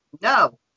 No